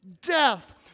death